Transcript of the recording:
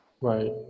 Right